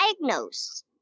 diagnose